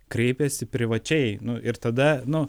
kreipiasi privačiai nu ir tada nu